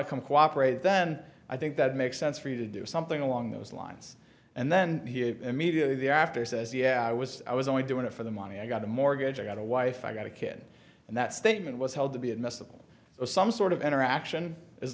to come cooperate then i think that makes sense for you to do something along those lines and then he immediately after says yeah i was i was only doing it for the money i got a mortgage i got a wife i got a kid and that statement was held to be admissible so some sort of interaction